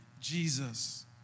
Jesus